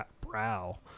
brow